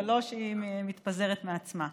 ולא שהיא מתפזרת מעצמה.